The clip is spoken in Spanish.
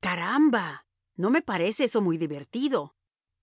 caramba no me parece eso muy divertido